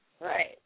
Right